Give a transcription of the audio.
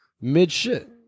mid-shit